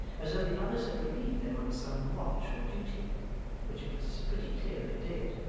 as though the others had relieved them on some watch or duty which it was pretty clear they did,